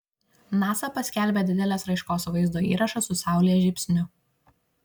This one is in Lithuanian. nasa paskelbė didelės raiškos vaizdo įrašą su saulės žybsniu